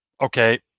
okay